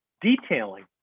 detailing